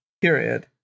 period